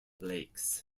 lakes